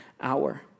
hour